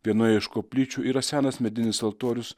vienoje iš koplyčių yra senas medinis altorius